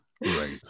right